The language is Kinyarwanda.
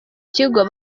kigo